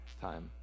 time